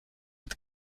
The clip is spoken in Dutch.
het